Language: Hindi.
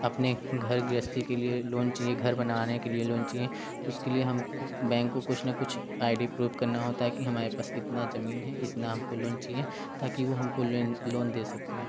अपने घर गृहस्थी के लिए लोन चाहिए घर बनवाने के लिए लोन चाहिए तो उसके लिए हमको बैंक को कुछ ना कुछ आई डी प्रूफ करना होता है कि हमारे पास इतना जमीन है इतना हमको चाहिए चाहिए ताकि वो हमको लोन दे सकती हैं